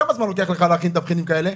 כמה זמן לוקח לך להכין תבחינים כאלה?